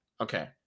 Okay